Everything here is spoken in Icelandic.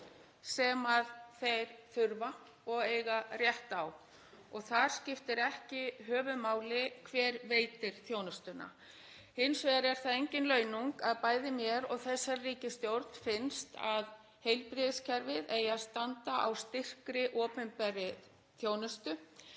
sem þeir þurfa og eiga rétt á og þar skiptir ekki höfuðmáli hver veitir þjónustuna. Hins vegar er það engin launung að bæði mér og þessari ríkisstjórn finnst að heilbrigðiskerfið eigi að standa á styrkri opinberri þjónustu